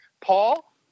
Paul